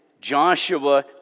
Joshua